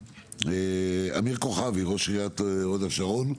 אמיר כוכבי, ראש עיריית הוד השרון.